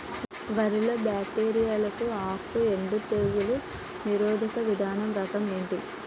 వరి లో బ్యాక్టీరియల్ ఆకు ఎండు తెగులు నిరోధక విత్తన రకం ఏంటి?